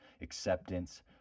acceptance